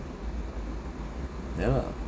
ya lah